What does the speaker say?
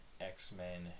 X-Men